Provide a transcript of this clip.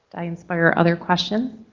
i inspire other questions?